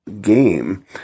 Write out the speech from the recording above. game